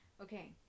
Okay